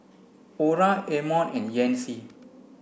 Orah Amon and Yancy